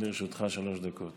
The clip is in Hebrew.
בבקשה, לרשותך שלוש דקות.